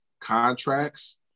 contracts